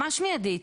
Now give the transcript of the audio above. ממש מיידית.